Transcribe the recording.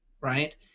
right